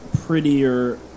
prettier